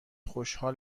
خوشحال